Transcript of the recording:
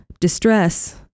distress